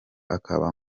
akaba